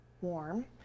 warm